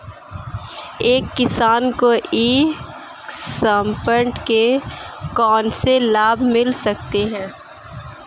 एक किसान को ई कॉमर्स के कौनसे लाभ मिल सकते हैं?